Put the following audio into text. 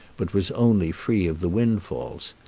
but was only free of the windfalls.